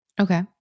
Okay